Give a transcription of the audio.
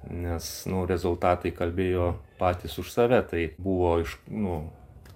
nes nu rezultatai kalbėjo patys už save tai buvo iš nu